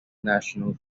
national